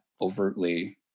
overtly